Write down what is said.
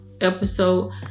episode